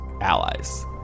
allies